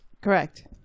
Correct